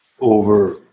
over